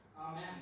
Amen